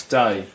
day